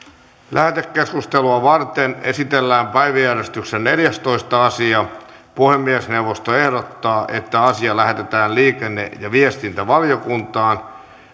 lähetekeskustelua varten esitellään päiväjärjestyksen neljästoista asia puhemiesneuvosto ehdottaa että asia lähetetään liikenne ja viestintävaliokuntaan